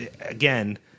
again